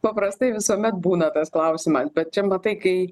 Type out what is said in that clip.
paprastai visuomet būna tas klausimas bet čia matai kai